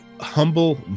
Humble